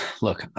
Look